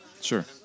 sure